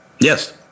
Yes